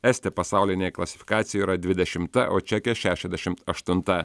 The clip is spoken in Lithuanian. estė pasaulinėje klasifikacijoje yra dvidešimta o čekė šešiasdešimt aštunta